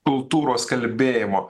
kultūros kalbėjimo